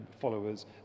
followers